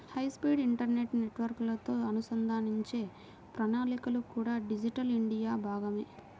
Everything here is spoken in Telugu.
హైస్పీడ్ ఇంటర్నెట్ నెట్వర్క్లతో అనుసంధానించే ప్రణాళికలు కూడా డిజిటల్ ఇండియాలో భాగమే